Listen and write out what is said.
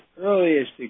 earliest